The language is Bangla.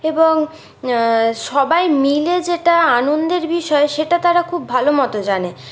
এবং সবাই মিলে যেটা আনন্দের বিষয় সেটা তারা খুব ভালো মতো জানে